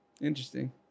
Interesting